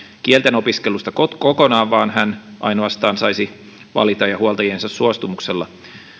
kielten opiskelusta kokonaan hän ainoastaan saisi valita huoltajiensa suostumuksella